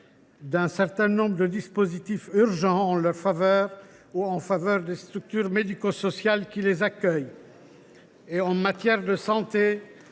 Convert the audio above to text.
d’un certain nombre de dispositifs urgents en leur faveur ou en faveur des structures médico sociales qui les accueillent ! En matière de santé,